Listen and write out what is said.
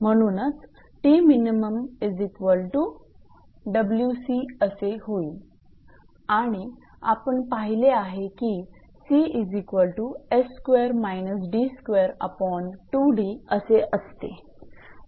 म्हणूनच असे होईल आणि आपण पाहिले आहे की असे असते